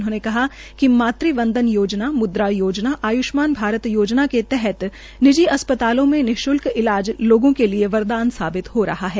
उन्होंने कहा कि मातृ वंदना योजना मुद्रा योजना आयुष्मान भारत योजना के तहत निजी अस्पतालों में निशुल्क इलाज लोगों के लिये वरदान साबित हो रहा है